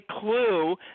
clue